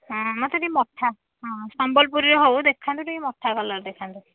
ହଁ ମୋତେ ଟିକିଏ ମଠା ହଁ ସମ୍ବଲପୁରୀର ହଉ ଦେଖାନ୍ତୁ ଟିକିଏ ମଠା କଲର୍ ଦେଖାନ୍ତୁ